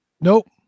Nope